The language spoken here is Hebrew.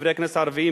חברי הכנסת הערבים,